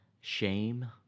shame